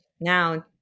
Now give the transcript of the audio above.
Now